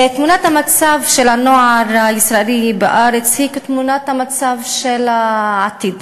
תמונת המצב של הנוער הישראלי בארץ היא כתמונת המצב של העתיד,